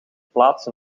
plaats